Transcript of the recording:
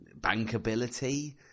bankability